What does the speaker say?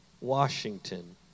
Washington